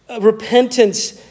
repentance